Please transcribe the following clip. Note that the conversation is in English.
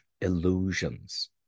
illusions